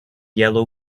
yellow